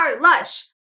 Lush